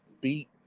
beat